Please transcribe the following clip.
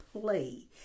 play